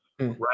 right